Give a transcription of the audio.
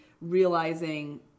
realizing